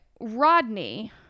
Rodney